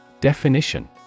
Definition